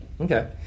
Okay